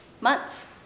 months